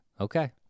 Okay